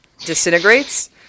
disintegrates